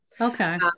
Okay